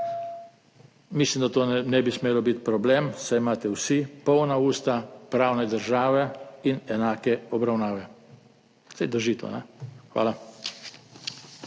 Mislim, da to ne bi smel biti problem, saj imate vsi polna usta pravne države in enake obravnave. Saj drži to, ne? Hvala.